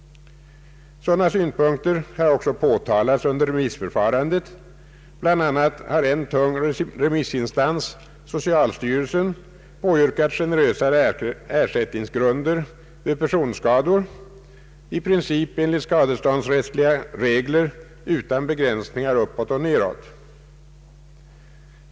Sådana synpunkter har också påtalats under remissförfarandet. Bl.a. har en tung remissinstans, socialstyrelsen, på yrkat generösare ersättningsgrunder vid personskador, i princip enligt skadeståndsrättsliga regler utan begränsningar uppåt och nedåt.